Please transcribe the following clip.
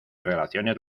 relaciones